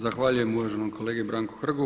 Zahvaljujem uvaženom kolegi Branku Hrgu.